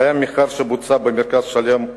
קיים מחקר שבוצע ב"מרכז שלם",